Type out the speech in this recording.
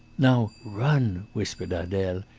now run! whispered adele.